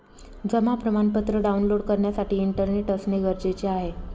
जमा प्रमाणपत्र डाऊनलोड करण्यासाठी इंटरनेट असणे गरजेचे आहे